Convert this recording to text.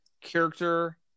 character